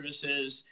services